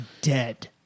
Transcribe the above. dead